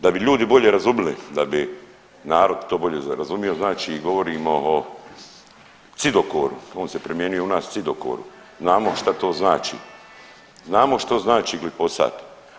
Da bi ljudi bolje razumili, da bi narod to bolje razumio, znači govorimo o cidokoru, on se primjenjuje u nas, cidokor, znamo šta to znači, znamo što znači glifosat.